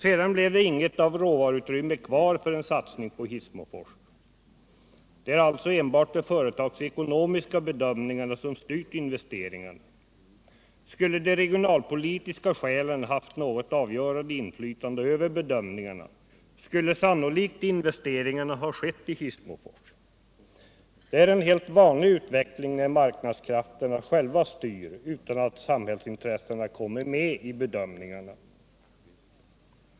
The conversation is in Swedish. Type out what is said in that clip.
Sedan blev det inget råvaruutrymme kvar för en satsning på Hissmofors. Det är alltså enbart de företagsekonomiska bedömningarna som har styrt investeringarna. Skulle de regionalpolitiska skälen haft något avgörande inflytande över bedömningarna hade sannolikt investeringarna gjorts i Hissmofors. Det är en helt vanlig utveckling där marknadskrafterna själva styr utan att samhällsintressena kommer med i bedömningen.